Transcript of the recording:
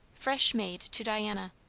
fresh made, to diana.